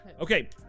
Okay